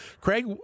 Craig